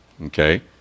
okay